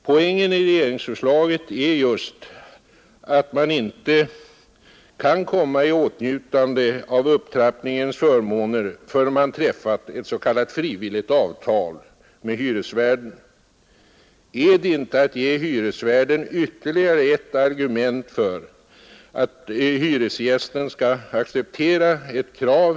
Poängen i regeringsförslaget är just att man inte kan komma i åtnjutande av upptrappningens förmåner förrän man träffat ett s.k. frivilligt avtal med hyresvärden. Är det inte att ge hyresvärden ytterligare ett argument för att hyresgästen skall acceptera hans krav?